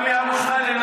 היא לא מוכנה.